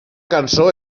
cançó